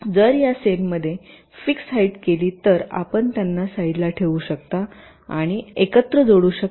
जर या सेलमध्ये फिक्स हाईट केली असेल तर आपण त्यांना साईडला ठेवू शकता आणि एकत्र जोडू शकता